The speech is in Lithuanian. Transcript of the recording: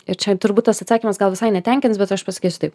ir čia turbūt tas atsakymas gal visai netenkins bet aš pasakysiu taip